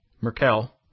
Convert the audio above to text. Merkel